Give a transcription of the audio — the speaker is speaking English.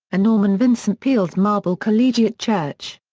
ah norman vincent peale's marble collegiate church.